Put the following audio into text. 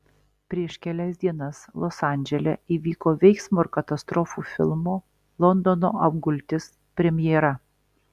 prieš kelias dienas los andžele įvyko veiksmo ir katastrofų filmo londono apgultis premjera